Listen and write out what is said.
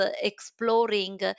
exploring